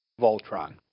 Voltron